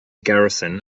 garrison